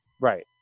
Right